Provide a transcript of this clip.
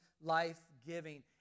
life-giving